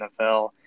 NFL